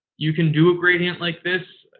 you can do a gradient like this.